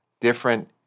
different